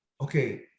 okay